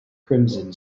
crimson